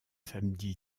samedi